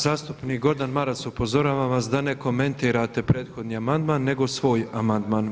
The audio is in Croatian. Zastupnik Gordan Maras upozoravam vas da ne komentirate prethodni amandman nego svoj amandman.